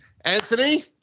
Anthony